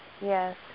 Yes